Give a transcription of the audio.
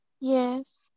Yes